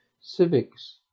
Civics